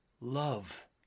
love